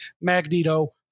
Magneto